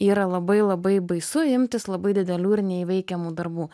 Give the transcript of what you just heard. yra labai labai baisu imtis labai didelių ir neįveikiamų darbų